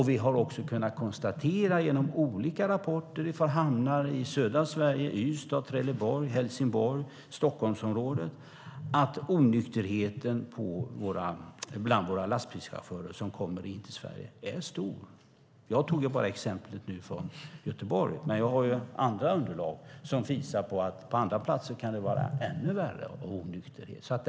Vi har också kunnat konstatera, genom olika rapporter från hamnar i södra Sverige, som Ystad, Trelleborg, Helsingborg och Stockholmsområdet, att onykterheten bland de lastbilschaufförer som kommer hit till Sverige är stor. Jag tog bara exemplet från Göteborg, men jag har andra underlag som visar på att på andra platser kan det vara ännu värre när det gäller onykterhet.